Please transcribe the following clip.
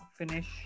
Finish